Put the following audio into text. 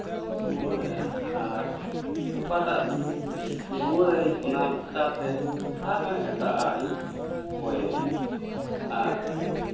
ᱨᱩᱣᱟᱹᱲᱟᱭᱟ ᱟᱨ ᱚᱠᱟᱴᱟᱜ ᱨᱩᱣᱟᱹᱲᱟᱭᱟᱹᱧ ᱚᱱᱟ ᱵᱟᱠᱷᱨᱟᱛᱮ ᱟᱨᱦᱚᱸ ᱮᱴᱟ ᱟᱜ ᱤᱧ ᱠᱚᱭᱮᱭᱟ ᱟᱨ